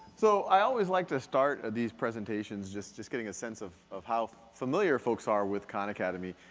so, i always like to start these presentations just just getting a sense of of how familiar folks are with khan academy.